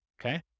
Okay